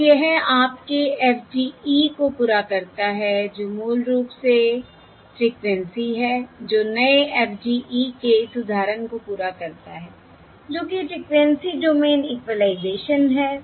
और यह आपके FDE को पूरा करता है जो मूल रूप से फ़्रिक्वेंसी है जो नए FDE के इस उदाहरण को पूरा करता है जो कि फ़्रिक्वेंसी डोमेन इक्विलाइज़ेशन है